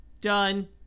Done